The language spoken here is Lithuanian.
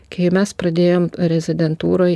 kai mes pradėjom rezidentūroj